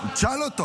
תשאל אותו.